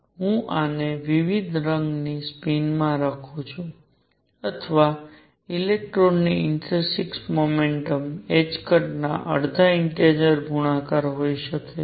હું આ ને વિવિધ રંગની સ્પિનમાં લખું છું અથવા ઇલેક્ટ્રોનની ઇન્ટરીન્સીક મોમેન્ટમ ના અડધા ઇન્ટેજર ગુણાકાર હોઈ શકે છે